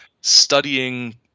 studying